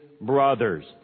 brothers